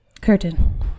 Curtain